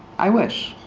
i wish.